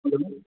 बोलू